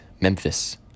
Memphis